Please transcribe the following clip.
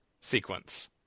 sequence